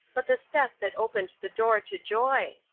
but the step that opened the door to joy.